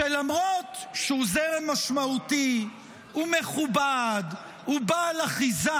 שלמרות שהוא זרם משמעותי ומכובד, ובעל אחיזה,